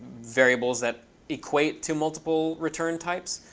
variables that equate to multiple return types,